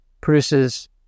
produces